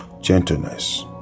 gentleness